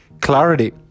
clarity